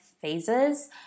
phases